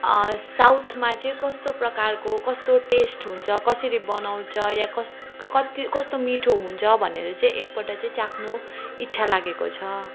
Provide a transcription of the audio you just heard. साउथमा चाहिँ कस्तो प्रकारको कस्तो टेस्ट हुन्छ कसरी बनाउँछ या कस कति कस्तो मिठो हुन्छ भनेर चाहिँ एकपल्ट चाहिँ चाख्नु इच्छा लागेको छ